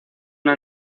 una